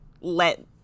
let